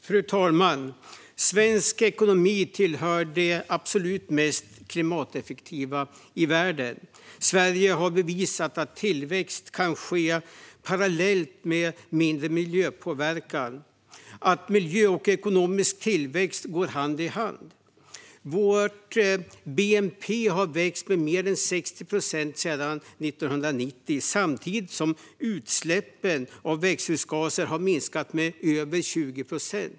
Fru talman! Svensk ekonomi tillhör de absolut mest klimateffektiva i världen. Sverige har bevisat att tillväxt kan ske parallellt med mindre miljöpåverkan och att miljö och ekonomisk tillväxt går hand i hand. Vår bnp har växt med mer än 60 procent sedan 1990 samtidigt som utsläppen av växthusgaser har minskat med över 20 procent.